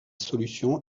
solution